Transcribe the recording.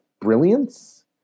brilliance